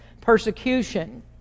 persecution